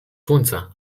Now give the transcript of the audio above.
słońca